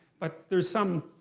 but there's some,